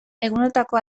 egunotako